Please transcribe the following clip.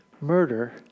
murder